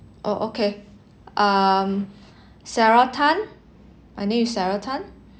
oh okay um sarah Tan my name is sarah Tan